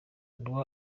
lou